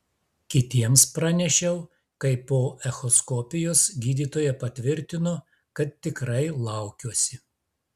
kitiems pranešiau kai po echoskopijos gydytoja patvirtino kad tikrai laukiuosi